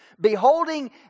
Beholding